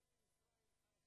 אני אתחיל עם ישראל אייכלר,